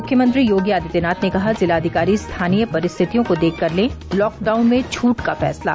मुख्यमंत्री योगी आदित्यनाथ ने कहा जिलाधिकारी स्थानीय परिस्थितियों को देखकर लें लॉकडाउन में छूट का फैसला